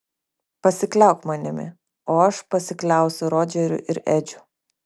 pasikliauk manimi o aš pasikliausiu rodžeriu ir edžiu